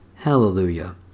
Hallelujah